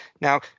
Now